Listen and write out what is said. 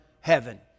heaven